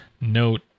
note